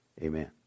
Amen